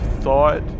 thought